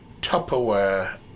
..tupperware